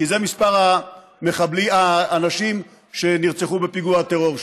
כי זה מספר האנשים שנרצחו בפיגוע הטרור שם,